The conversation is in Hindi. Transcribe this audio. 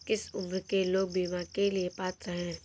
किस उम्र के लोग बीमा के लिए पात्र हैं?